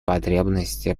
потребности